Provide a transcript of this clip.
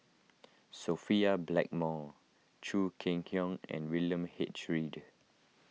Sophia Blackmore Chong Kee Hiong and William H Read